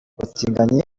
ubutinganyi